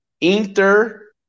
Inter